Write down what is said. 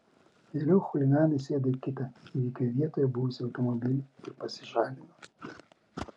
vėliau chuliganai sėdo į kitą įvykio vietoje buvusį automobilį ir pasišalino